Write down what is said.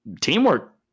teamwork